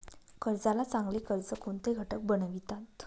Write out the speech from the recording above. कर्जाला चांगले कर्ज कोणते घटक बनवितात?